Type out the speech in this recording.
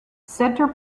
centre